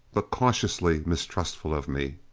but cautiously mistrustful of me.